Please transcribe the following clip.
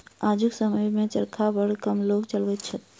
आजुक समय मे चरखा बड़ कम लोक चलबैत छथि